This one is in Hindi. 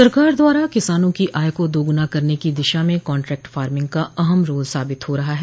सरकार द्वारा किसानों की आय को दोगुना करने की दिशा में कांट्रैक्ट फार्मिंग का अहम रोल साबित हो रहा है